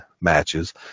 matches